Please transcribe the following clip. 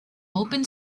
open